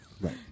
Right